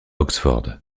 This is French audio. oxford